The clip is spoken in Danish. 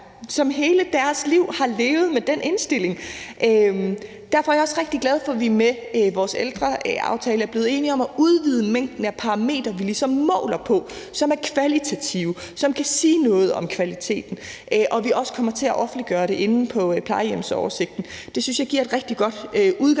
som hele deres liv har levet med den indstilling. Derfor er jeg også rigtig glad for, at vi med vores ældreaftale er blevet enige om at udvide mængden af parametre, som vi måler på, og som er kvalitative og kan sige noget om kvaliteten, og at vi også kommer til at offentliggøre det inde på plejehjemsoversigten. Det synes jeg giver et rigtig godt udgangspunkt